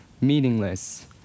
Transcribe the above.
meaningless